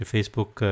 Facebook